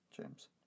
James